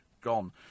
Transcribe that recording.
Gone